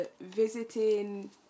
visiting